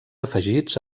afegits